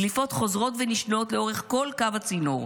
דליפות חוזרות ונשנות לאורך כל קו הצינור.